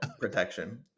protection